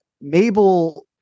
Mabel